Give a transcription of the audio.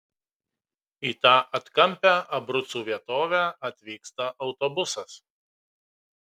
į tą atkampią abrucų vietovę atvyksta autobusas